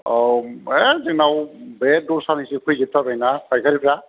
औ ए जोंनाव बे दस्रानिसो फैजोब थारबाय ना फायखारिफ्रा